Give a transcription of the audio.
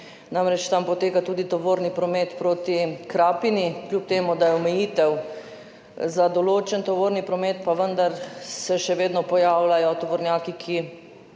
namreč poteka tudi tovorni promet proti Krapini, kljub temu da je omejitev za določen tovorni promet, pa vendar se še vedno pojavljajo tovornjaki, ki